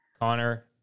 Connor